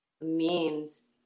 memes